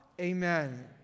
amen